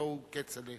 הלוא הוא כצל'ה,